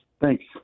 thanks